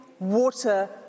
water